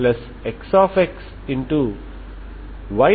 YXx